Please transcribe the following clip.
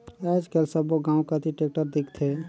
आएज काएल सब्बो गाँव कती टेक्टर दिखथे